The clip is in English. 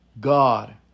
God